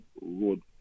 road